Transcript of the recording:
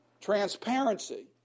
transparency